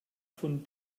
von